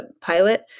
pilot